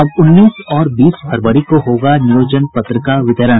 अब उन्नीस और बीस फरवरी को होगा नियोजन पत्र का वितरण